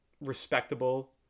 respectable